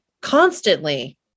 constantly